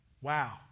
wow